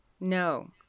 No